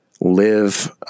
live